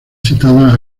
citada